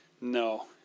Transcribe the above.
no